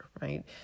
right